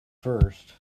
first